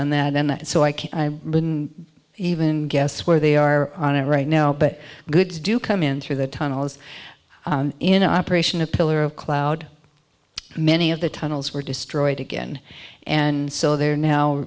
on that and so i can't even guess where they are on it right now but good to do come in through the tunnels in operation a pillar of cloud many of the tunnels were destroyed again and so they're now